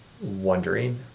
wondering